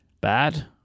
bad